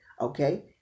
Okay